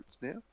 now